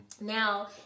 Now